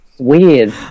weird